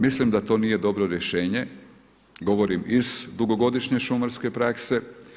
Mislim da to nije dobro rješenje, govorim iz dugogodišnje šumarske prakse.